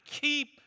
keep